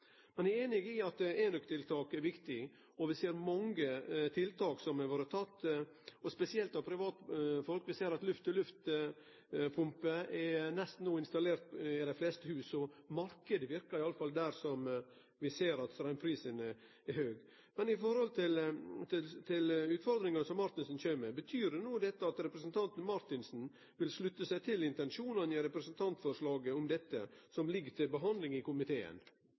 ein energispareplan. Eg er einig i at enøktiltak er viktig, og vi ser mange tiltak som er sette i verk spesielt av privatfolk. Vi ser spesielt at luft-til-luft varmepumper no er installerte i dei fleste husa, så marknaden verkar, i alle fall der som vi ser at straumprisane er høge. Men når det gjeld utfordringa som Marthinsen kjem med, betyr dette at representanten Marthinsen vil slutte seg til intensjonen i representantforslaget om dette som ligg til behandling i komiteen?